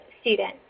student